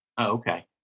okay